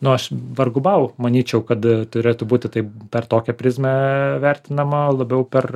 nu aš vargu bau manyčiau kad turėtų būti tai per tokią prizmę vertinama labiau per